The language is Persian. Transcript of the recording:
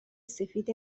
سفید